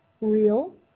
real